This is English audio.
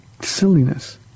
silliness